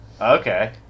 okay